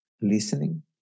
listening